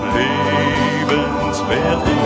lebenswert